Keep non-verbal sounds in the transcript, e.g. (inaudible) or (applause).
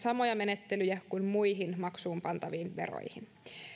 (unintelligible) samoja menettelyjä kuin muihin maksuunpantaviin veroihin